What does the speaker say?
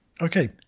Okay